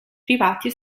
privati